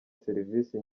serivisi